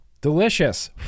delicious